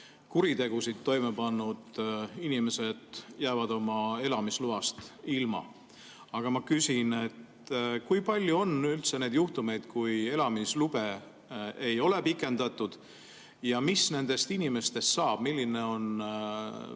kuritegusid toime pannud inimesed jäävad oma elamisloast ilma. Aga ma küsin, kui palju on üldse neid juhtumeid, kui elamislube ei ole pikendatud, ja mis nendest inimestest saab. Milline on